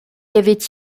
avait